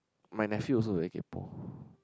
my nephew also very kaypo